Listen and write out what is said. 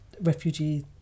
refugee